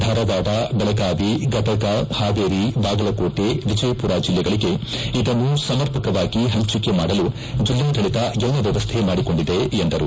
ಧಾರವಾಡ ಬೆಳಗಾವಿ ಗದಗ ಹಾವೇರಿ ಬಾಗಲಕೋಟ ವಿಜಯಪುರ ಜಿಲ್ಲೆಗಳಿಗೆ ಇದನ್ನು ಸಮರ್ಪಕವಾಗಿ ಹಂಚಿಕೆ ಮಾಡಲು ಜಿಲ್ಲಾಡಳಿತ ಎಲ್ಲ ವ್ಯವಸ್ಥೆ ಮಾಡಿಕೊಂಡಿದೆ ಎಂದರು